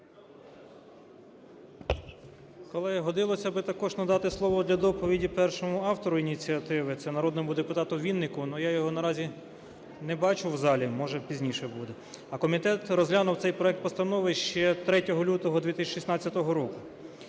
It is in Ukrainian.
Колеги, годилося б також надати слово для доповіді першому автору ініціативи - це народному депутату Віннику, але я його наразі не бачу в залі, може, пізніше буде. А комітет розглянув цей проект постанови ще 3 лютого 2016 року.